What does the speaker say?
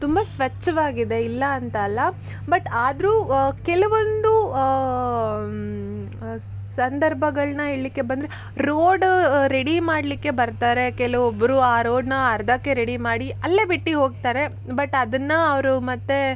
ತುಂಬ ಸ್ವಚ್ಛವಾಗಿದೆ ಇಲ್ಲಾಂತ ಅಲ್ಲ ಬಟ್ ಆದರೂ ಕೆಲವೊಂದು ಸಂದರ್ಭಗಳನ್ನ ಹೇಳ್ಲಿಕ್ಕೆ ಬಂದರೆ ರೋಡು ರೆಡಿ ಮಾಡ್ಲಿಕ್ಕೆ ಬರ್ತಾರೆ ಕೆಲವೊಬ್ಬರು ಆ ರೋಡನ್ನ ಅರ್ಧಕ್ಕೆ ರೆಡಿ ಮಾಡಿ ಅಲ್ಲೇ ಬಿಟ್ಟು ಹೋಗ್ತಾರೆ ಬಟ್ ಅದನ್ನು ಅವರು ಮತ್ತು